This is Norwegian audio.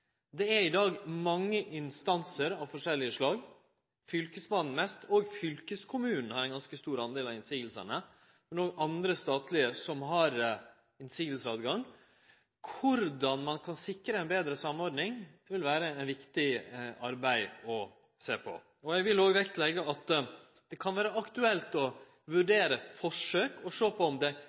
Det er i dag mange instansar av forskjellig slag. Fylkesmannen har mest, fylkeskommunen har ein ganske stor del av motsegnene, og det er nokre andre statlege instansar som har motsegnstilgang. Så korleis ein skal sikre ei betre samordning, vil vere eit viktig arbeid å sjå på. Eg vil òg leggje vekt på at det kan vere aktuelt å vurdere å sjå på om det